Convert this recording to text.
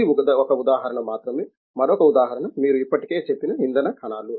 ఇది ఒక ఉదాహరణ మాత్రమే మరొక ఉదాహరణ మీరు ఇప్పటికే చెప్పిన ఇంధన కణాలు